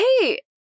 Hey